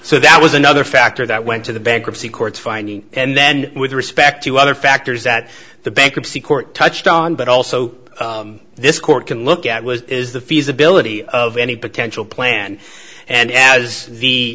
so that was another factor that went to the bankruptcy court finding and then with respect to other factors that the bankruptcy court touched on but also this court can look at was is the feasibility of any potential plan and as the